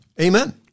Amen